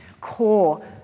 core